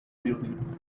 buildings